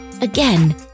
Again